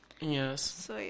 Yes